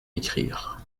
écrire